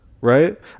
Right